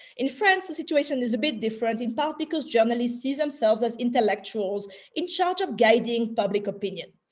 in france, the situation is a bit different, in part because journalists see themselves as intellectuals in charge of gauging public opinion.